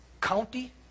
county